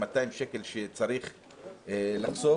200 שקל שצריך לחשוף,